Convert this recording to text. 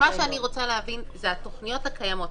מה שאני רוצה להבין זה לגבי התוכניות הקיימות.